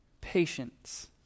Patience